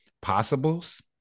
possibles